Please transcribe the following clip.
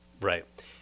Right